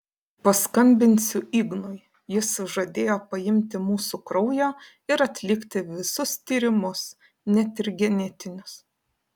paskambinsiu ignui jis žadėjo paimti mūsų kraujo ir atlikti visus tyrimus net ir genetinius